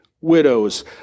widows